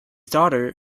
daughter